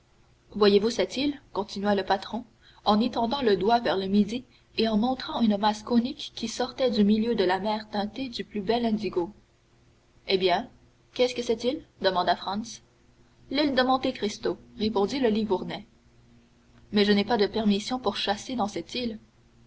voyez-vous cette île continua le patron en étendant le doigt vers le midi et en montrant une masse conique qui sortait du milieu de la mer teintée du plus bel indigo eh bien qu'est-ce que cette île demanda franz l'île de monte cristo répondit le livournais mais je n'ai pas de permission pour chasser dans cette île